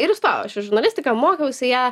ir įstojau aš į žurnalistiką mokiausi ją